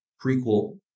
prequel